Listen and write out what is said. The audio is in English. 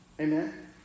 Amen